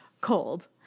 cold